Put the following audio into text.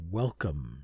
welcome